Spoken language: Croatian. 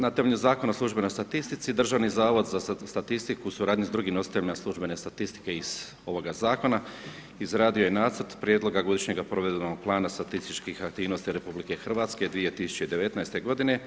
Na temelju Zakona o službenoj statistici Državni zavod za statistiku u suradnji sa drugim nositeljima službene statistike iz ovoga zakona izradio je Nacrt prijedloga Godišnjega provedbenog plana statističkih aktivnosti RH 2019. godine.